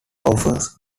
offers